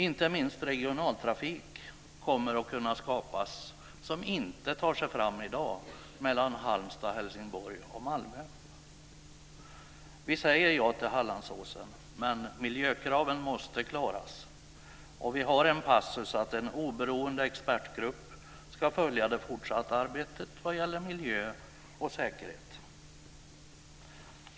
Det kommer att kunna skapas förutsättningar inte minst för regionaltrafik som inte kan ta sig fram i dag mellan Halmstad, Helsingborg och Malmö. Vi säger jag till Hallandsåstunneln, men miljökraven måste klaras. Vi har en passus om att en oberoende expertgrupp ska följa det fortsatta arbetet vad gäller miljö och säkerhet.